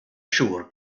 siŵr